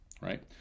right